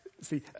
See